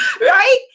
Right